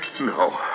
No